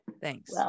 Thanks